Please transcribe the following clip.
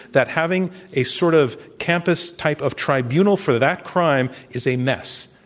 that having a sort of campus type of tribunal for that crime is a mess.